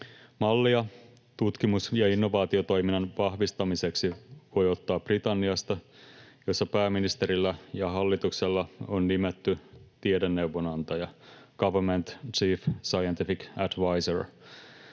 Mallia tutkimus- ja innovaatiotoiminnan vahvistamiseksi voi ottaa Britanniasta, jossa pääministerillä ja hallituksella on nimetty tiedeneuvonantaja, ’government chief scientific adviser’.